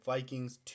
Vikings